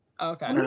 okay